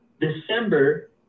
December